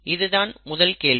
இது தான் முதல் கேள்வி